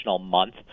month